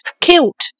Kilt